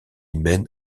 mène